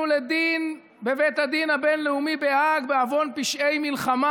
לדין בבית הדין הבין-לאומי בהאג בעוון פשעי מלחמה,